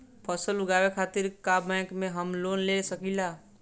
फसल उगावे खतिर का बैंक से हम लोन ले सकीला?